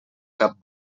cap